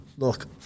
Look